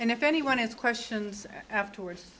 and if anyone is questions afterwards